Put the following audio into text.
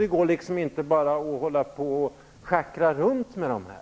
Det går inte att bara schackra med detta.